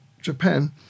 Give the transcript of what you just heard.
Japan